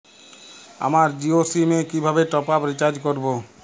আমার জিও সিম এ কিভাবে টপ আপ রিচার্জ করবো?